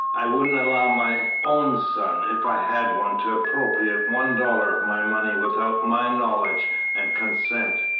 i wouldn't allow my own son, if i had one, to appropriate one dollar of my money without my knowledge and consent.